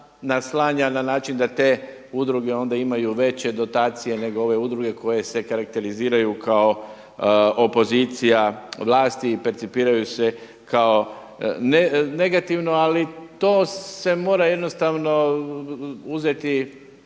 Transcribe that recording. naslanja na način da te udruge onda imaju veće dotacije, nego ove udruge koje se karakteriziraju kao opozicija vlasti i percipiraju se kao negativno. Ali to se mora jednostavno uzeti